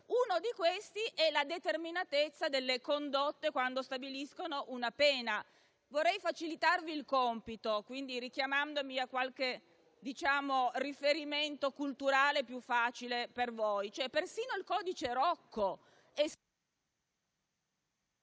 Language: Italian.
uno di questi è la determinatezza delle condotte, quando stabiliscono una pena. Vorrei facilitarvi il compito, quindi richiamandomi a qualche riferimento culturale più facile per voi: persino il codice Rocco...